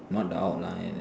not out lah and